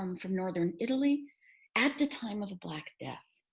um from northern italy at the time of the black death.